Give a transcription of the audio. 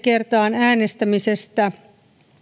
kertaan äänestämisestä